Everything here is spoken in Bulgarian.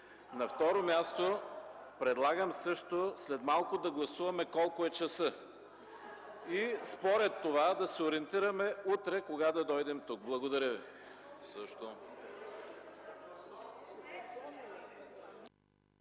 На второ място предлагам след малко да гласуваме колко е часът и според това да се ориентираме утре кога да дойдем тук. ПРЕДСЕДАТЕЛ